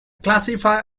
classify